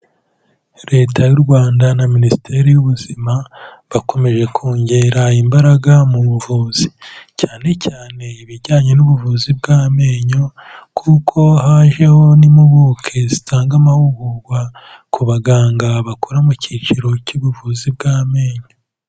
Leta y'u Rwanda na Minisiteri y'Ubuzima bakomeje kongera imbaraga mu buvuzi, cyane cyane ibijyanye n'ubuvuzi bw'amenyo kuko hajeho n'impuguke zitanga amahugurwa ku baganga bakora mu cyiciro cy'ubuvuzi bw'amenyo.